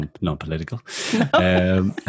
Non-political